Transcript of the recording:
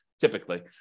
typically